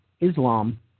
Islam